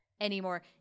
anymore